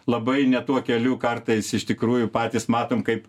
labai ne tuo keliu kartais iš tikrųjų patys matom kaip